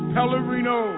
Pellerino